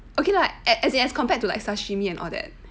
okay lah as in as compared to like sashimi and all that